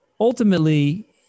ultimately